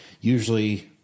usually